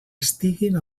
estiguin